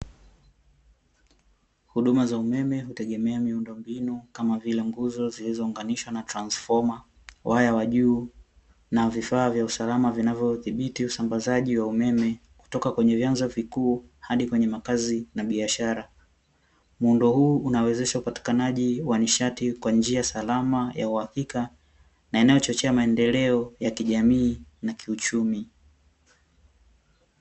Huduma za umeme hutegemea miundombinu, kama vile nguzo zilizounganishwa na transfoma, waya wa juu na vifaa vya usalama vinavyodhibiti usambazaji wa umeme kutoka kwenye vyanzo vikuu hadi kwenye makazi na biashara. Muundo huu unawezeshwa upatikanaji wa nishati kwa njia salama ya uhakika na inayochochea maendeleo ya kijamii na kiuchumi.